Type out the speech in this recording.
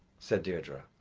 said deirdre.